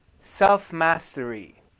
self-mastery